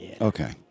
Okay